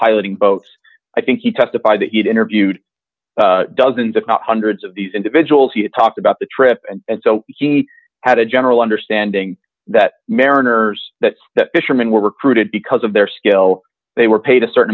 piloting boats i think he testified that it interviewed dozens if not hundreds of these individuals he had talked about the trip and so he had a general understanding that mariners that the fishermen were recruited because of their skill they were paid a certain